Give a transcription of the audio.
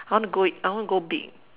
I want to go I want to go big